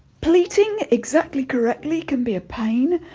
pleating exactly correctly can be a pain.